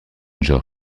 georg